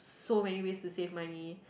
so many ways to save money